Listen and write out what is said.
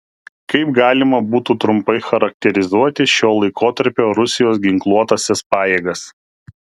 kaip galima būtų trumpai charakterizuoti šio laikotarpio rusijos ginkluotąsias pajėgas